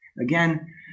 again